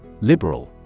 Liberal